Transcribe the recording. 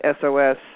SOS